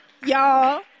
y'all